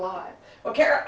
lot of care